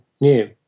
new